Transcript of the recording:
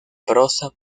prosa